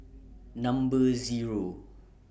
Number Zero